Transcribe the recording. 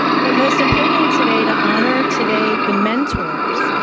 but most importantly today, to honor today the mentors,